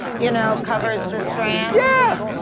you know covers the strands. yeah!